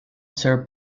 serb